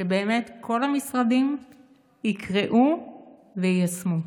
שבאמת כל המשרדים יקראו ויישמו.